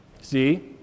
See